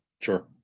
Sure